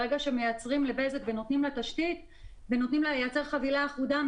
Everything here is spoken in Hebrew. ברגע שמייצרים לבזק ונותנים לה לייצר חבילה אחודה,